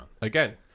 Again